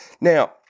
Now